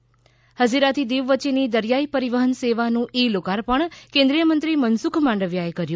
ઃ હઝીરાથી દીવ વચ્ચેની દરિયાઈ પરિવહન સેવાનું ઈ લોકાર્પણ કેન્દ્રિય મંત્રી મનસુખ માંડવિયાએ કર્યું